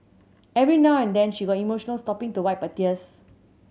every now and then she got emotional stopping to wipe her tears